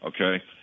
okay